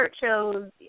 shows